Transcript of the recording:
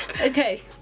Okay